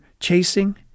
Chasing